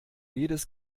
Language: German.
jedes